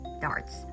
darts